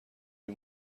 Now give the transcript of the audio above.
این